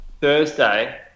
Thursday